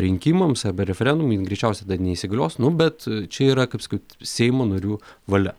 rinkimams arba referendumui greičiausia dar neįsigalios nu bet čia yra kaip sakyt seimo narių valia